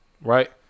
right